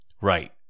Right